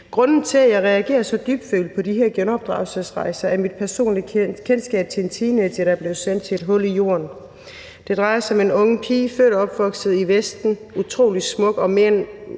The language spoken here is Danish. Grunden til, at jeg reagerer så dybfølt på de her genopdragelsesrejser, er mit personlige kendskab til en teenager, der blev sendt til et hul i jorden. Det drejer sig om en ung pige, født og opvokset i Vesten, utrolig smuk og mere end